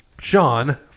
Sean